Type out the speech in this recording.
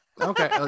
Okay